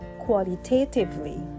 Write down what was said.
qualitatively